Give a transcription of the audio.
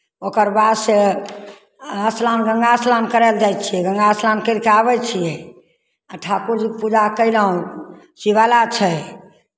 ओकर बादसँ स्नान गङ्गा स्नान करय लए जाइ छियै गङ्गा स्नान करि कऽ आबै छियै आ ठाकुरजीके पूजा कयलहुँ शिवाला छै